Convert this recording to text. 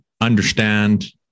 understand